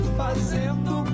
fazendo